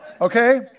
Okay